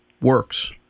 works